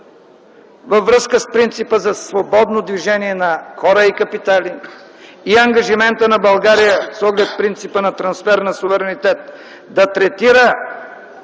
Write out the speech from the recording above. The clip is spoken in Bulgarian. във връзка с принципа за свободно движение на хора и капитали и ангажимента на България, свързан с принципа на трансфер на суверенитет, да третират